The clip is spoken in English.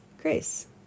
grace